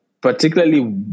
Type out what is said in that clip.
particularly